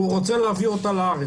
והוא רוצה להביא אותה לארץ.